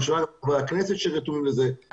אני שומע את חברי הכנסת שרתומים לזה בואו נאחד כוחות